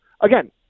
Again